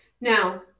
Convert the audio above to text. now